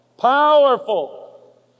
powerful